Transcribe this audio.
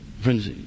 Friends